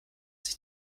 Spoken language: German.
sich